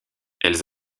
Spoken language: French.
elles